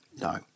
No